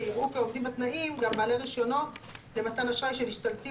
ויראו כעומדים בתנאים האמורים גם בעלי רישיונות למתן אשראי שנשלטים